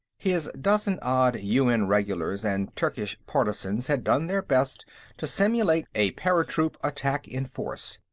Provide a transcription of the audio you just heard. his dozen-odd un regulars and turkish partisans had done their best to simulate a paratroop attack in force.